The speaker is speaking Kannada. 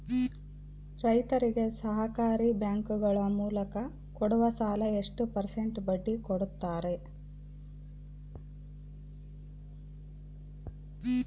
ರೈತರಿಗೆ ಸಹಕಾರಿ ಬ್ಯಾಂಕುಗಳ ಮೂಲಕ ಕೊಡುವ ಸಾಲ ಎಷ್ಟು ಪರ್ಸೆಂಟ್ ಬಡ್ಡಿ ಕೊಡುತ್ತಾರೆ?